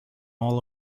all